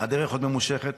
הדרך עוד ממושכת,